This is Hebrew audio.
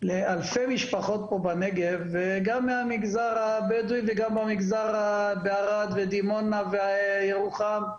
לאלפי משפחות פה בנגב וגם מהמגזר הבדואי וגם בערד ודימונה וירוחם.